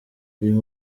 uyu